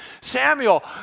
Samuel